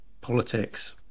politics